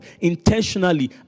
intentionally